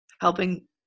helping